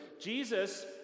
Jesus